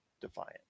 Defiant